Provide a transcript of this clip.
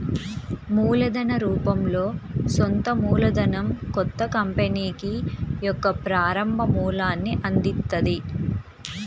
మూలధన రూపంలో సొంత మూలధనం కొత్త కంపెనీకి యొక్క ప్రారంభ మూలాన్ని అందిత్తది